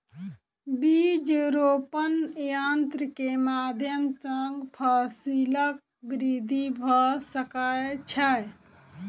बीज रोपण यन्त्र के माध्यम सॅ फसीलक वृद्धि भ सकै छै